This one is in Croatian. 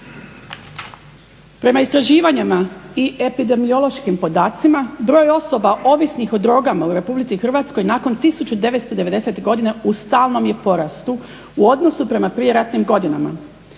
Prema istraživanjima i epidemiološkim podacima broj osoba ovisnih o drogama u Republici Hrvatskoj nakon 1990-ih godina u stalnom je porastu o odnosu prema prijeratnim godinama.